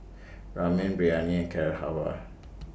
Ramen Biryani and Carrot Halwa